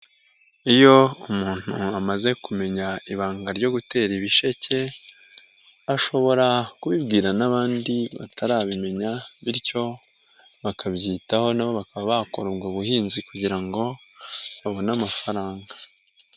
Iyo umuntu amaze kumenya ibanga ryo gutera ibisheke, ashobora kubibwira n'abandi batarabimenya bityo bakabyitaho n'abo bakaba bakora ubwo buhinzi kugira ngo, babone amafaranga.